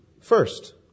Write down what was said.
first